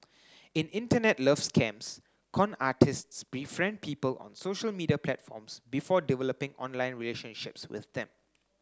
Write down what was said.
in Internet love scams con artists befriend people on social media platforms before developing online relationships with them